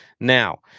Now